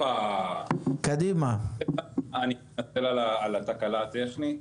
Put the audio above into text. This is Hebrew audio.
אני מתנצל על התקלה הטכנית.